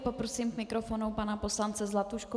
Poprosím k mikrofonu pana poslance Zlatušku.